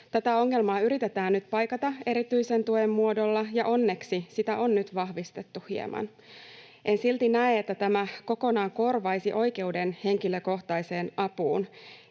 Tätä ongelmaa yritetään nyt paikata erityisen tuen muodolla, ja onneksi sitä on nyt vahvistettu hieman. En silti näe, että tämä kokonaan korvaisi oikeuden henkilökohtaiseen apuun.